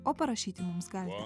o parašyti mums galite